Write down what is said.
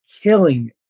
killing